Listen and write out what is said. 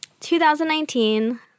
2019